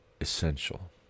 essential